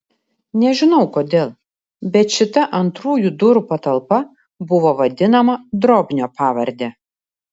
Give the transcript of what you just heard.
nežinau kodėl bet šita antrųjų durų patalpa buvo vadinama drobnio pavarde